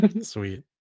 Sweet